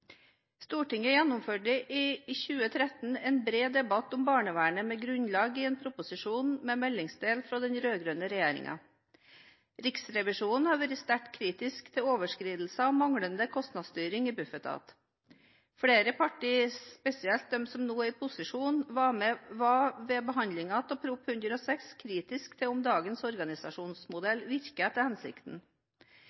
Stortinget gjennomførte i 2013 en bred debatt om barnevernet med grunnlag i en proposisjon med meldingsdel fra den rød-grønne regjeringen. Riksrevisjonen har vært sterkt kritisk til overskridelser og manglende kostnadsstyring i Bufetat. Flere partier, spesielt de som nå er i posisjon, var ved behandlingen av Prop. 106 L for 2012–2013 kritiske til om dagens